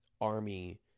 army